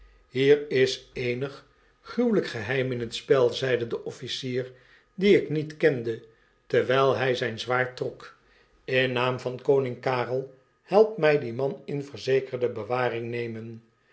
hier is eenig gruwelyk geheim in'tspelr zeide de officier dien ik niet kende terwijl hy zyn zwaard trok in naam van koning karel help my dien man in verzekerde bewaring nemen